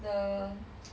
the